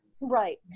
right